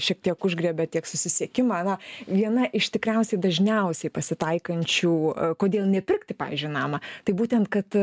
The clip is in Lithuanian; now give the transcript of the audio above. šiek tiek užgriebėt tiek susisiekimą na viena iš tikriausiai dažniausiai pasitaikančių kodėl nepirkti pavyzdžiui namą tai būtent kad